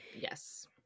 Yes